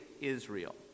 Israel